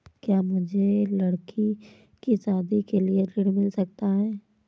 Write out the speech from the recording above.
क्या मुझे लडकी की शादी के लिए ऋण मिल सकता है?